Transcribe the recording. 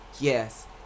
yes